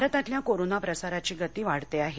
भारतातल्या कोरोना प्रसाराची गती वाढते आहे